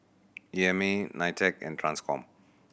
E M A NITEC and Transcom